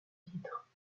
titre